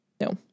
No